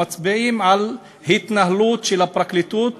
והם מצביעים על התנהלות של הפרקליטות